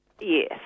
Yes